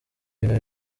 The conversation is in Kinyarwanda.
ibintu